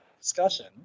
discussion